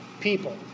people